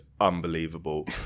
unbelievable